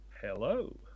hello